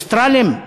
אוסטרלים?